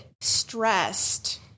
stressed